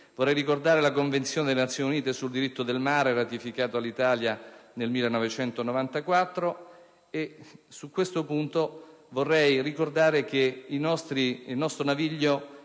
Vorrei ricordare la Convenzione delle Nazioni Unite sul diritto del mare, ratificata dall'Italia nel 1994: a questo proposito, vorrei rilevare che il nostro naviglio